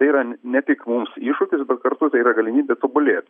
tai yra ne tik mums iššūkis bet kartu tai yra galimybė tobulėti